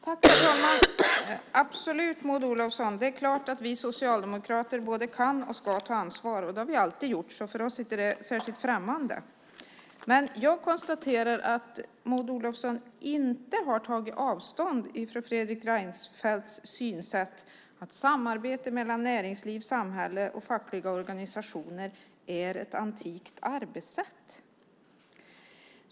Herr talman! Absolut, Maud Olofsson, är det klart att vi socialdemokrater både kan och ska ta ansvar. Det har vi alltid gjort, så för oss är det inte särskilt främmande. Jag konstaterar att Maud Olofsson inte har tagit avstånd från Fredrik Reinfeldts synsätt att samarbete mellan näringsliv, samhälle och fackliga organisationer är ett antikt arbetssätt.